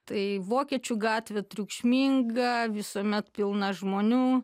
tai vokiečių gatvė triukšminga visuomet pilna žmonių